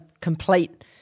complete